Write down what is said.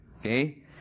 Okay